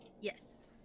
Yes